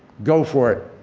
go for it!